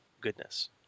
goodness